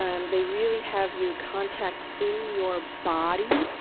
um they really have you contact in your body